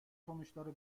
sonuçları